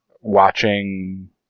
watching